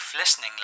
listening